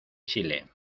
chile